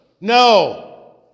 No